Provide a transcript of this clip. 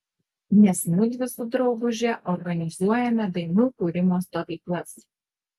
nes mudvi su drauguže organizuojame dainų kūrimo stovyklas